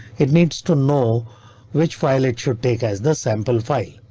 it needs to know which file it should take as the sample file.